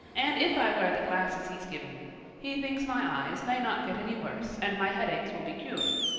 and if i wear the glasses he's given me he thinks my eyes may not get any worse and my headaches will be cured.